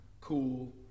cool